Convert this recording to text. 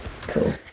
Cool